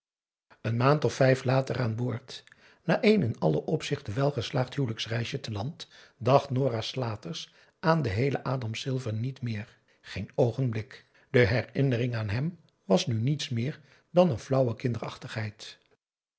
een maand of vijf later aan boord na een in alle opzichten welgeslaagd huwelijksreisje te land dacht nora slaters aan den heelen adam silver niet meer geen oogenblik de herinnering aan hem was nu niets meer dan een flauwe kinderachtigheid